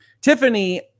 Tiffany